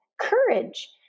courage